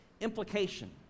Implication